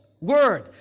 Word